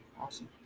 Awesome